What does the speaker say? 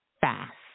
fast